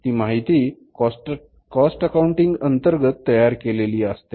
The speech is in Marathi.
ती माहिती कॉस्ट अकाऊंटिंग अंतर्गत तयार केलेली असते